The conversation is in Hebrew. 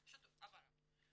הבהרה.